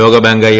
ലോകബാങ്ക് എ